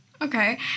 Okay